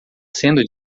sendo